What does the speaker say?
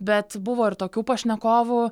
bet buvo ir tokių pašnekovų